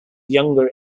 younger